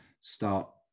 start